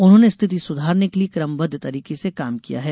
उन्होंने स्थिति सुधारने के लिये कमबद्ध तरिके से काम किया है